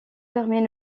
permet